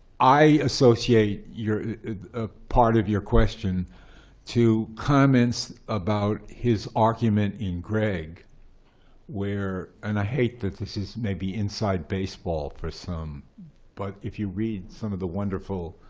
i associate a ah part of your question to comments about his argument in gregg where and i hate that this is maybe inside baseball for some but if you read some of the wonderful